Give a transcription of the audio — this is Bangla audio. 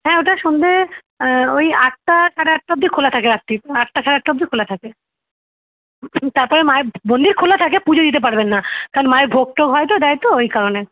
হ্যাঁ ওটা সন্ধ্যে ওই আটটা সাড়ে আটটা অবধি খোলা থাকে রাত্তির আটটা সাড়ে আটটা অবধি খোলা থাকে তারপরে মায়ের মন্দির খোলা থাকে পুজো দিতে পারবেন না কারণ মায়ের ভোগ টোগ হয় তো দেয় তো ওই কারণে